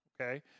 Okay